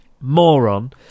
moron